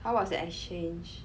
how was your exchange